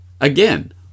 again